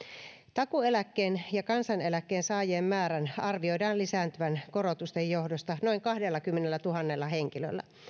takuueläkkeen ja kansaneläkkeen saajien määrän arvioidaan lisääntyvän korotusten johdosta noin kahdellakymmenellätuhannella henkilöllä